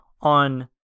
on